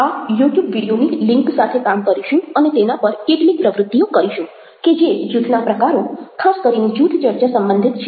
આ યુટ્યુબ વિડીયોની લિન્ક સાથે કામ કરીશું અને તેના પર કેટલીક પ્રવૃત્તિઓ કરીશું કે જે જૂથના પ્રકારો ખાસ કરીને જૂથ ચર્ચા સંબંધિત છે